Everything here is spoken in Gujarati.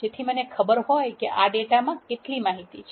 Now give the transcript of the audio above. જેથી મને ખબર હોય કે આ ડેટામાં કેટલી માહિતી છે